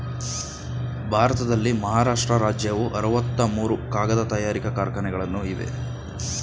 ಭಾರತದಲ್ಲಿ ಮಹಾರಾಷ್ಟ್ರ ರಾಜ್ಯವು ಅರವತ್ತ ಮೂರು ಕಾಗದ ತಯಾರಿಕಾ ಕಾರ್ಖಾನೆಗಳನ್ನು ಇವೆ